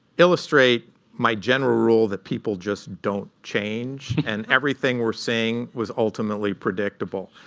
illustrate my general rule that people just don't change, and everything we're seeing was ultimately predictable.